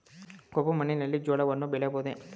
ಕಪ್ಪು ಮಣ್ಣಿನಲ್ಲಿ ಜೋಳವನ್ನು ಬೆಳೆಯಬಹುದೇ?